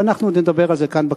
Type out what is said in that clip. ואנחנו עוד נדבר על זה כאן בכנסת.